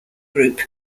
group